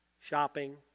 Shopping